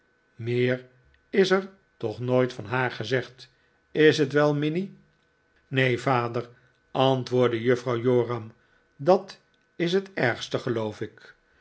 meer is er toch nooit van haar gezegd is het wel minnie neen vader antwoordde juffrouw joram dat is het ergste geloof ik